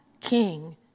king